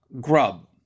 grub